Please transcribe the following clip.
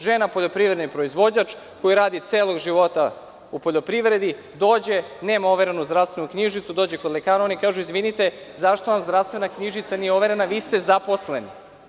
Žena poljoprivredni proizvođač, koja radi celog života u poljoprivredi, dođe, nema overenu zdravstvenu knjižicu, dođe kod lekara ioni kažu – izvinite, zašto vam zdravstvena knjižica nije overena, vi ste zaposleni?